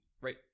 right